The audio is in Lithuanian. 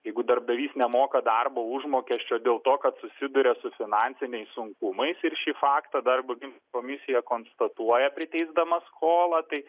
jeigu darbdavys nemoka darbo užmokesčio dėl to kad susiduria su finansiniais sunkumais ir šį faktą darbo ginčų komisija konstatuoja priteisdama skolą tai